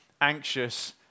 anxious